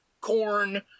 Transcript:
corn